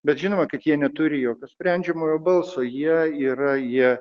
bet žinoma kad jie neturi jokio sprendžiamojo balso jie yra jie